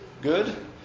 Good